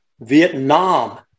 Vietnam